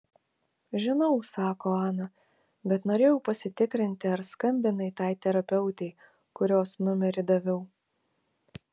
žinau sako ana bet norėjau pasitikrinti ar skambinai tai terapeutei kurios numerį daviau